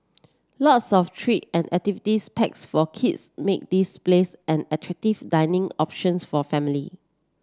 lots of treat and activities packs for kids make this place an attractive dining options for family